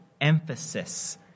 emphasis